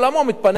מתפנית דירה.